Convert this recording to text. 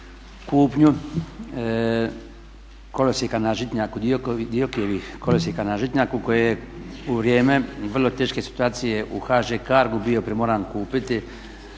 Žitnjaku, DIOKI-evih kolosijeka na Žitnjaku koje je u vrijeme vrlo teške situacije u HŽ Cargo-u bi primoran kupiti